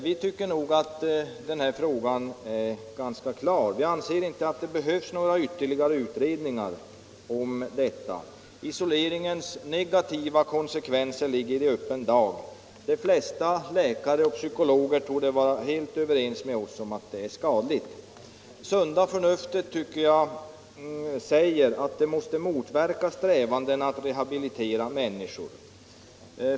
Vi tycker emellertid att denna fråga är ganska klar och anser att det inte behövs några ytterligare utredningar. Isoleringens negativa konsekvenser ligger i öppen dag. De flesta läkare och psykologer torde vara helt överens med oss om att isolering är skadlig. Sunda förnuftet säger att avskildhet av detta slag måste motverka strävandena att rehabilitera människor.